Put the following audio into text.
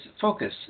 focus